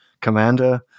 commander